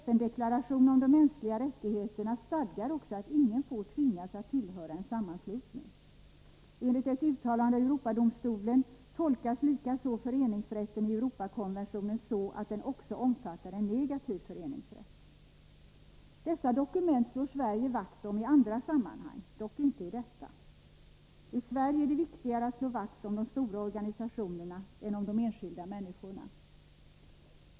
FN deklarationen om de mänskliga rättigheterna stadgar också att ingen får tvingas att tillhöra en sammanslutning. Enligt ett uttalande av Europadomstolen tolkas likaså föreningsrätten i Europakonventionen så att den också omfattar en negativ föreningsrätt. Dessa dokument slår Sverige vakt om i andra sammanhang, dock inte i detta. I Sverige är det viktigare att slå vakt om de stora organisationerna än om de enskilda människorna.